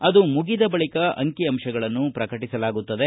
ಅದು ಮುಗಿದ ಬಳಿಕ ಅಂಕಿ ಅಂತಗಳನ್ನು ಪ್ರಕಟಿಸಲಾಗುತ್ತದೆ